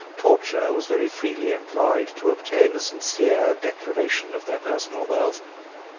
torture was very freely employed to obtain a sincere declaration of their personal wealth.